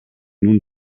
nun